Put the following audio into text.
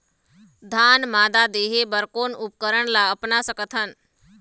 धान मादा देहे बर कोन उपकरण ला अपना सकथन?